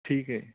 ਠੀਕ ਹੈ